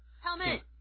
Helmet